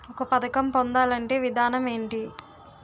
ఒక పథకం పొందాలంటే విధానం ఏంటి?